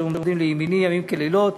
אשר עומדים לימיני ימים כלילות.